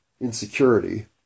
insecurity